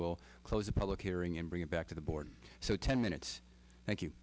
we'll close a public hearing and bring it back to the board so ten minutes